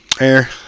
Air